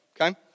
okay